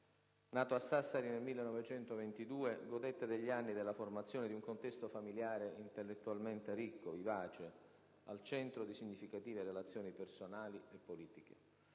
Nato a Sassari nel 1922, godette negli anni della formazione di un contesto familiare intellettualmente ricco, vivace, al centro di significative relazioni personali e politiche.